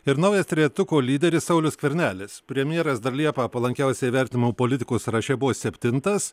ir naujas trejetuko lyderis saulius skvernelis premjeras dar liepą palankiausiai vertinamų politikų sąraše buvo septintas